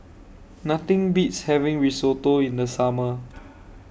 Nothing Beats having Risotto in The Summer